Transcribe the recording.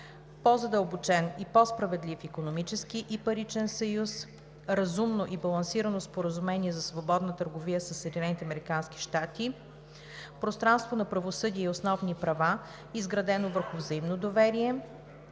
по-задълбочен и по-справедлив икономически и паричен съюз; - разумно и балансирано споразумение за свободна търговия със Съединените американски щати; - пространство на правосъдие и основни права, изградено върху взаимно доверие;